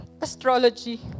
astrology